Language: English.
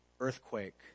earthquake